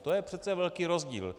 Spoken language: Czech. To je přece velký rozdíl.